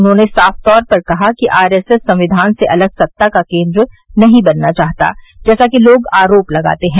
उन्होंने साफ तौर पर कहा कि आरएसएस संविधान से अलग सत्ता का केन्द्र नहीं बनना चाहता जैसा कि लोग आरोप लगाते हैं